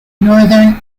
northern